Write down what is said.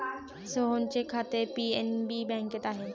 सोहनचे खाते पी.एन.बी बँकेत आहे